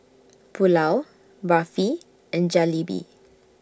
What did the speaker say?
Pulao Barfi and Jalebi